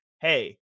Hey